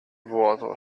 vuoto